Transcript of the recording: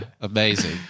Amazing